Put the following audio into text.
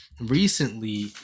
recently